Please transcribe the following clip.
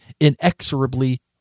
inexorably